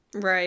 Right